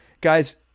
guys